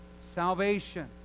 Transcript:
salvation